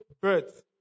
birth